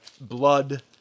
blood